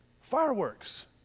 fireworks